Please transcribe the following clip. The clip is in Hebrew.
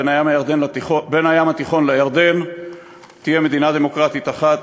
בין הים התיכון לירדן תהיה מדינה דמוקרטית אחת,